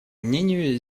мнению